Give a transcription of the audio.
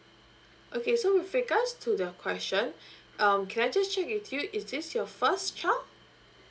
okay so with regards to the question um can I just check with you is this your first child